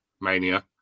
mania